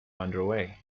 underway